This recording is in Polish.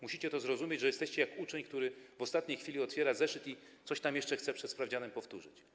Musicie to zrozumieć, że jesteście jak uczeń, który w ostatniej chwili otwiera zeszyt i coś tam jeszcze chce przed sprawdzianem powtórzyć.